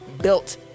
built